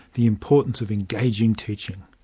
the importance of engaging teaching.